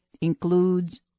includes